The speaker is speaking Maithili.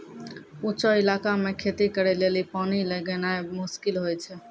ऊंचो इलाका मे खेती करे लेली पानी लै गेनाय मुश्किल होय छै